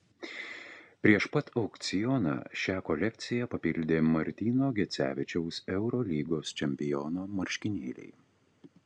prieš pat aukcioną šią kolekciją papildė martyno gecevičiaus eurolygos čempiono marškinėliai